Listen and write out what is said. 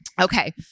Okay